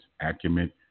acumen